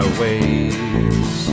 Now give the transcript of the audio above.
ways